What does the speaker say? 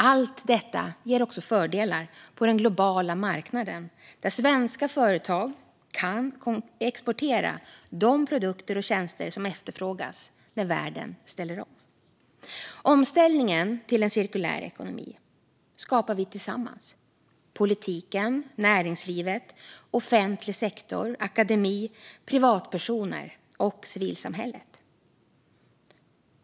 Allt detta ger också fördelar på den globala marknaden, där svenska företag kan exportera de produkter och tjänster som efterfrågas när världen ställer om. Omställningen till en cirkulär ekonomi skapar vi tillsammans. Det handlar om politiken, näringslivet, offentlig sektor, akademi, privatpersoner och civilsamhället.